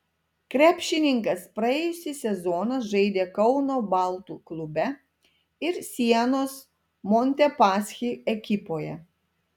krepšininkas praėjusį sezoną žaidė kauno baltų klube ir sienos montepaschi ekipoje